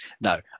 no